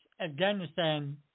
Afghanistan